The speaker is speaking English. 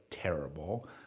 Terrible